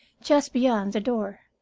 just beyond the door.